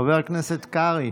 חבר הכנסת קרעי.